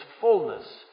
fullness